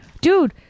dude